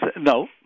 no